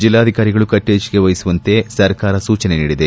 ಜಿಲ್ಲಾಧಿಕಾರಿಗಳು ಕಟ್ಟೆಚ್ಚರ ವಹಿಸುವಂತೆ ಸರ್ಕಾರ ಸೂಚನೆ ನೀಡಿದೆ